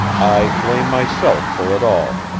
i blame myself for it all,